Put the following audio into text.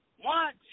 One